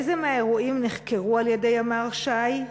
1. איזה מהאירועים נחקרו על-ידי ימ"ר ש"י?